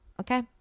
Okay